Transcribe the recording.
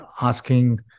asking